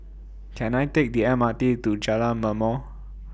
Can I Take The M R T to Jalan Ma'mor